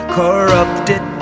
corrupted